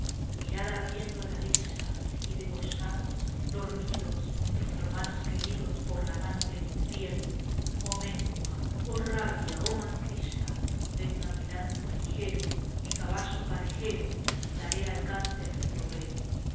mirad ardiendo la villa y degollados dormidos nuestros hermanos queridos por la mano del infiel oh mengua oh rabia oh mancilla venga mi lanza ligero mi caballo parejero daré alcance a ese tropel